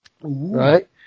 right